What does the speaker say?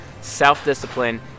Self-discipline